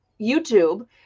YouTube